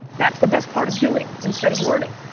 that's the best part of doing, instead of learning.